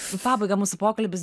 į pabaigą mūsų pokalbis